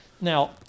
Now